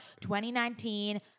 2019